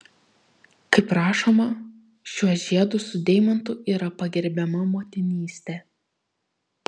kaip rašoma šiuo žiedu su deimantu yra pagerbiama motinystė